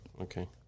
Okay